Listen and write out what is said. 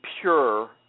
pure